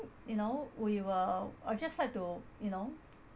you know we were I'll just like to you know